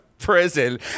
prison